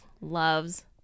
loves